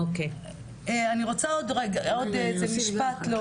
אני רוצה עוד איזה משפט להוסיף,